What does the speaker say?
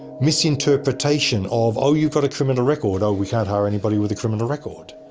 misinterpretation of, oh you've got a criminal record oh we can't hire anybody with a criminal record.